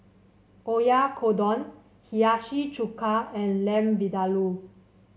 Oyakodon Hiyashi Chuka and Lamb Vindaloo